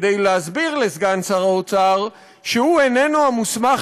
כדי להסביר לסגן שר האוצר שהוא איננו המוסמך